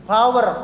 Power